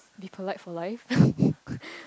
be polite for life